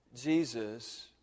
Jesus